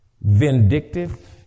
vindictive